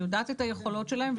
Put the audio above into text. היא יודעת את היכולות שלהן.